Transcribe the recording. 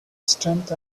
strength